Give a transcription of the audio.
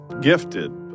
gifted